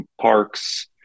parks